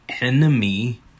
enemy